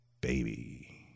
baby